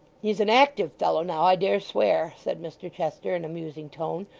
he's an active fellow now, i dare swear said mr chester, in a musing tone,